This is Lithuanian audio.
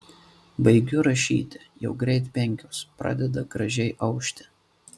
baigiu rašyti jau greit penkios pradeda gražiai aušti